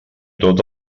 tots